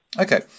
Okay